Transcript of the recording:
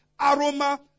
aroma